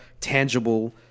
tangible